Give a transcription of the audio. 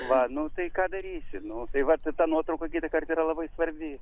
va nu tai ką darysi nu va tai ta nuotrauka kitą kartą yra labai svarbi